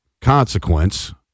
consequence